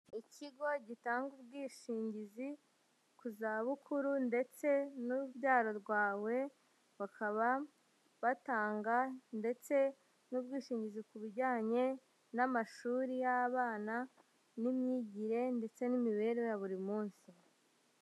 Ikigo gitanga ubwishingizi ku zabukuru ndetse n'urubyaro rwawe, bakaba batanga ndetse n'ubwishingizi ku bijyanye n'amashuri y'abana n'imyigire, ndetse n'imibereho ya buri munsi.